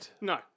No